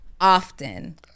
often